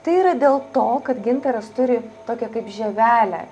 tai yra dėl to kad gintaras turi tokią kaip žievelę